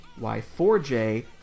Y4J